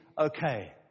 okay